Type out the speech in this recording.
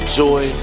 joy